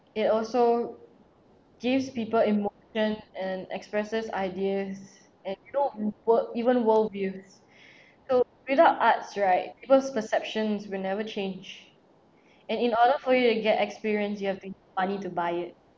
it also gives people emotion and expresses ideas and you know work even world views so without arts right people's perceptions will never change and in order for you to get experience you have to use money to buy it